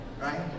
right